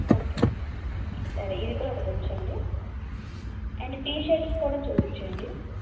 okay సరే ఇది కూడా ఒకటి ఉంచండి అండ్ టీ షార్ట్స్ కూడా చూపించండి